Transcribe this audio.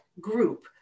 group